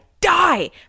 die